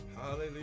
hallelujah